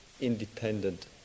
independent